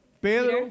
Pedro